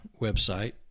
website